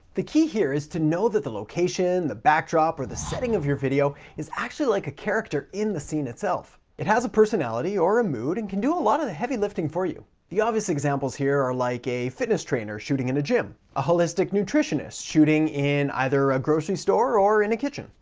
the key here is to know that the location, the backdrop, or the setting of your video is actually like character in the scene itself. it has a personality or a mood and can do a lot of the heavy lifting for you. the obvious examples here are like a fitness trainer shooting in a gym. a holistic nutritionist shooting in either a grocery store or in a kitchen.